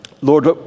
Lord